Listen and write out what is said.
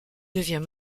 devient